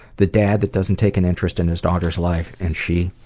the dad that doesn't take an interest in his daughter's life. and she